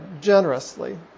generously